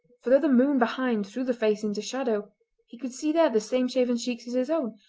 for though the moon behind threw the face into shadow he could see there the same shaven cheeks as his own,